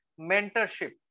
mentorship